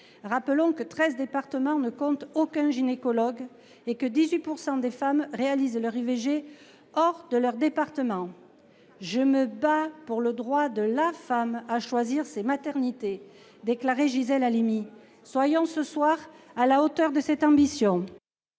Rappelons que treize départements ne comptent aucun gynécologue et que 18 % des femmes réalisent leur IVG hors de leur département. « Je me bats pour le droit de la femme à choisir ses maternités », déclarait Gisèle Halimi. Soyons ce soir à la hauteur de cette ambition.